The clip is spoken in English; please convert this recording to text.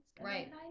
Right